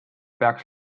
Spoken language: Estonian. peaks